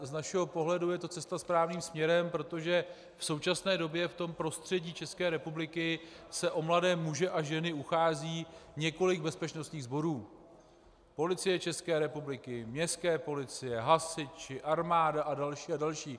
Z našeho pohledu je to cesta správným směrem, protože v současné době v tom prostředí České republiky se o mladé muže a ženy uchází několik bezpečnostních sborů, Policie České republiky, městské policie, hasiči, armáda a další a další.